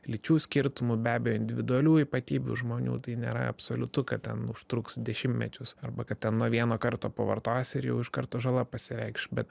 lyčių skirtumų be abejo individualių ypatybių žmonių tai nėra absoliutu kad ten užtruks dešimtmečius arba kad ten nuo vieno karto pavartosi ir jau iš karto žala pasireikš bet